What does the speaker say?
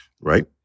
right